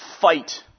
fight